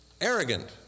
Arrogant